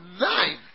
nine